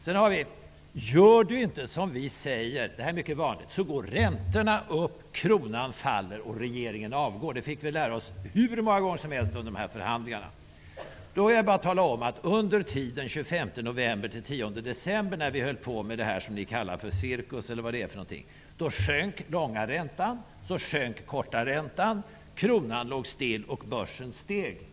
Sedan säger man något som är mycket vanligt: ''Gör ni inte som vi säger, går räntorna upp, kronan faller och regeringen avgår.'' Detta fick vi lära oss hur många gånger som helst under de här förhandlingarna. Då vill jag bara tala om att under tiden den 25 november -- den 10 december, när vi höll på med det som ni kallar för cirkus eller vad det är för något, sjönk den långa räntan. Först sjönk den korta räntan, kronan låg still och börsen steg.